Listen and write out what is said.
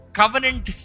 covenant